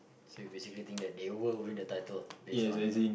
so you basically think that they will win the title based on